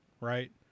right